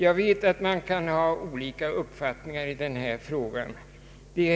Man kan naturligtvis ha olika uppfattningar i denna fråga — det är jag medveten om.